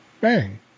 bang